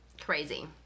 crazy